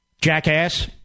jackass